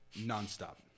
nonstop